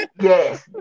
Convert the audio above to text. Yes